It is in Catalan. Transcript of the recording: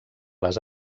les